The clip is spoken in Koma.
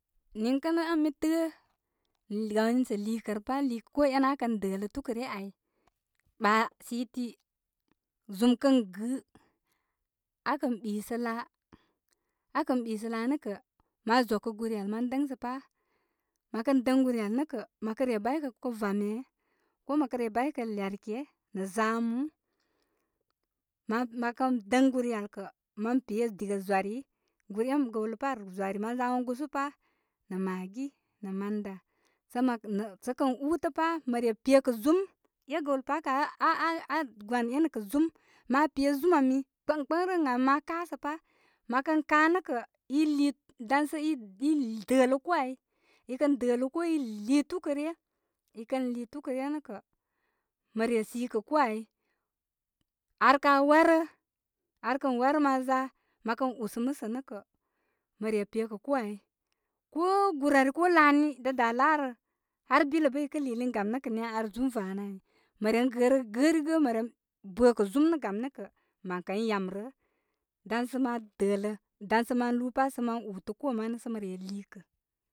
Niŋkə' nə' ən mi tə'ə' wan sə' liikə rə pā liikə koo enə' aa kə dələ tukə re ai ba' siti, zum kə gɨɨ aa kən ɓisə laa, aa kə ɓi sə laa nə kə'. mā zwəkə gur yal mā dən sə pā. Mə kən dəŋ gur yal nə' kə', mə kə re aykə kə vwame, ko mə kə re bay kə lerkee nə zamuu. Mə kə dəŋ gur yal kə mə pe diga zwarii guren gəwlalturnpar zwari ma za ma gusu pā nə maggi nə manda sə sə kən uutə pā, mə re pe kə' zum e' gawlə pa kə aa wan ēnə kə zum. Mā pezum ami kpəy kpəŋrəm ən ami ma kasə pə. Mə kən ka nə kə' i lii i dələ koo ai i kə dələ koo i lii tukə' rə. i kən lii tukə re nə' kə', mə re sikə' koo ai. Aār ka warə. Aar kən warə ma za, məkən usə musə nə kə mə re pekə' koo ai. Ko gur ari ko laamni dā daa laa rə, har bile bə'i lii lin. Gam nə kə niya, ar zum vanə ai. Mə ren gərə, gə gərigə mə ren bə kə nə gam nə kə' mən kən yam rəə' dan sə ma' dələ, kdan sə ma lu pa' sə ma' utə koo manə sə mə re liikə.